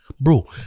Bro